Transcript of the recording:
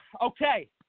Okay